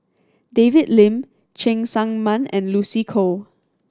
David Lim Cheng Tsang Man and Lucy Koh